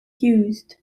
used